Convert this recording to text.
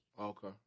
Okay